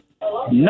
No